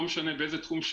לא משנה באיזה תחום,